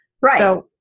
Right